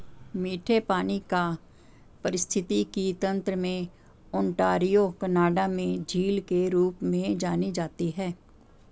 मीठे पानी का पारिस्थितिकी तंत्र में ओंटारियो कनाडा में झील के रूप में जानी जाती है